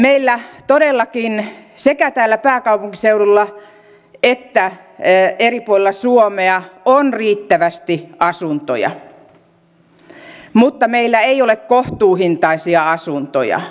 meillä todellakin sekä täällä pääkaupunkiseudulla että eri puolilla suomea on riittävästi asuntoja mutta meillä ei ole kohtuuhintaisia asuntoja